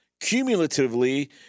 Cumulatively